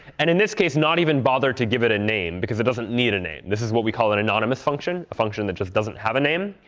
and in this case, not even bother to give it a name because it doesn't need a name. this is what we call an anonymous function, a function that just doesn't have a name.